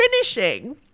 finishing